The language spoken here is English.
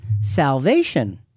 Salvation